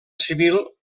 civil